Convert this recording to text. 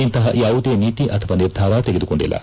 ಇಂತಪ ಯಾವುದೇ ನೀತಿ ಅಥವಾ ನಿರ್ಧಾರ ತೆಗೆದುಕೊಂಡಿಲ್ಲ